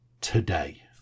today